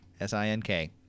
S-I-N-K